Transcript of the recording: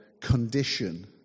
condition